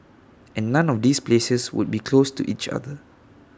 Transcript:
and none of these places would be close to each other